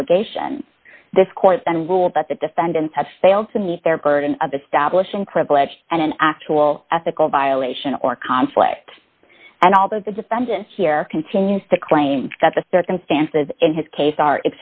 obligation this court then ruled that the defendants had failed to meet their burden of establishing privileged and an actual ethical violation or conflict and although the defendant here continues to claim that the circumstances in his case ar